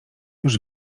już